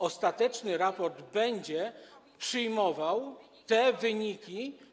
Ostateczny raport będzie przyjmował te wyniki.